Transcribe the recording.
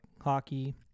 hockey